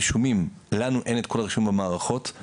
לנו אין את כל הרישומים במערכות.